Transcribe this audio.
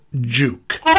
Juke